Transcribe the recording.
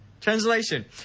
Translation